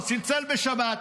הוא צלצל בשבת,